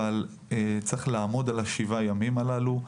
אבל צריך לעמוד על שבעת הימים הללו,